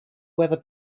weather